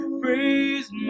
praise